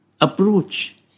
approach